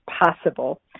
possible